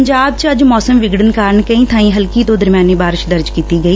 ਪੰਜਾਬ ਚ ਅੱਜ ਮੌਸਮ ਵਿਗੜਣ ਕਾਰਨ ਕਈ ਬਾਈ ਹਲਕੀ ਤੋ ਦਰਮਿਆਨੀ ਬਾਰਿਸ਼ ਦਰਜ ਕੀਤੀ ਗਈ